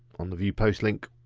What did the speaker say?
on the view post link.